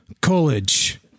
college